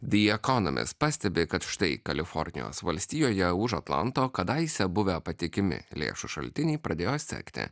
the economist pastebi kad štai kalifornijos valstijoje už atlanto kadaise buvę patikimi lėšų šaltiniai pradėjo sekti